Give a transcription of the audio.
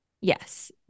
Yes